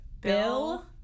Bill